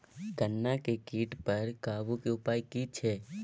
गन्ना के कीट पर काबू के उपाय की छिये?